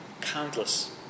countless